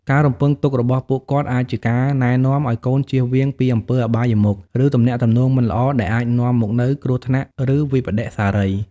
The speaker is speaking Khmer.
ការរំពឹងទុករបស់ពួកគាត់អាចជាការណែនាំឲ្យកូនចៀសវាងពីអំពើអបាយមុខ ឬទំនាក់ទំនងមិនល្អ ដែលអាចនាំមកនូវគ្រោះថ្នាក់ ឬវិប្បដិសារី។